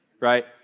right